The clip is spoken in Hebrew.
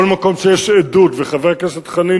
כל מקום שיש עדות וחבר הכנסת חנין